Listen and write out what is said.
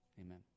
Amen